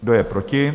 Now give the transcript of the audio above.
Kdo je proti?